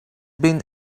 been